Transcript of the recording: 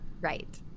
Right